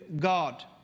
God